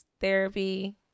therapy